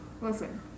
Listen